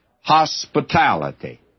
hospitality